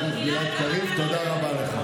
את עוסקת, יפה.